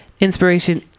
inspiration